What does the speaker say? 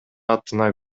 атына